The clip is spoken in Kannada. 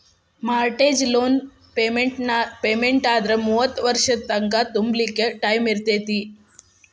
ಮಾರ್ಟೇಜ್ ಲೋನ್ ಪೆಮೆನ್ಟಾದ್ರ ಮೂವತ್ತ್ ವರ್ಷದ್ ತಂಕಾ ತುಂಬ್ಲಿಕ್ಕೆ ಟೈಮಿರ್ತೇತಿ